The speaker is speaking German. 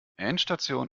endstation